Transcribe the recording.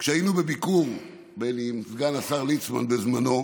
כשהיינו בביקור, בני, עם סגן השר ליצמן בזמנו,